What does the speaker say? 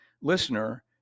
listener